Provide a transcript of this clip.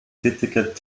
tätigkeit